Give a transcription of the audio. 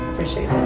preciate